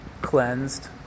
cleansed